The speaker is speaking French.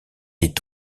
est